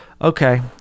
Okay